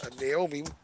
Naomi